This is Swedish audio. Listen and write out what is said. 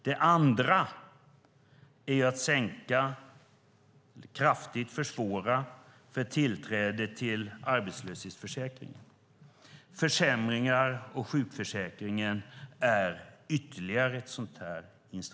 Den andra är att kraftigt försvåra tillträde till arbetslöshetsförsäkringen. Försämringar i sjukförsäkringen är ytterligare ett instrument.